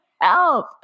help